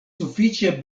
sufiĉe